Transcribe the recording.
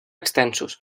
extensos